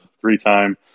three-time